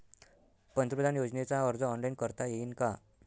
पंतप्रधान योजनेचा अर्ज ऑनलाईन करता येईन का?